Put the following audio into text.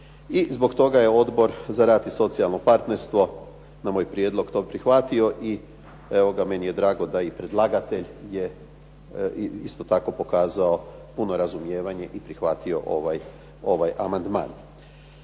I zbog toga je Odbor za rad i socijalno partnerstvo, na moj prijedlog, to prihvatio i evo ga meni je drago da i predlagatelj je isto tako pokazao puno razumijevanje i prihvatio ovaj amandman.